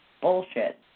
bullshit